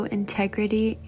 integrity